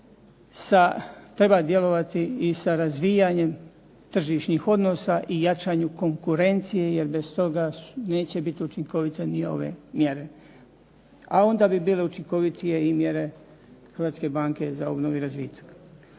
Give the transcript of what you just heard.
treba djelovati i sa razvijanjem tržišnih odnosa i jačanju konkurencije jer bez toga neće biti učinkovite ni ove mjere. A onda bi bile učinkovitije i mjere Hrvatske banke za obnovu i razvitak.